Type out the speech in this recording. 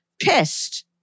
pissed